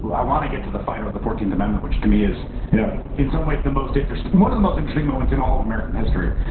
i want to get to the fight over the fourteenth amendment, which to me is yeah in some ways the most interesting, one of the most interesting moments in all of american history.